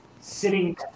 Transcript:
sitting